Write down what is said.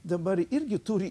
dabar irgi turi